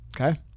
Okay